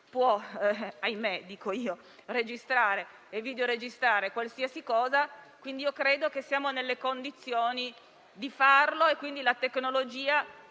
- ahimè, dico io - registrare e videoregistrare qualsiasi cosa. Credo che siamo nelle condizioni di farlo e che la tecnologia